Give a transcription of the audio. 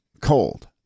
cold